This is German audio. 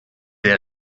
der